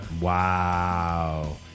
Wow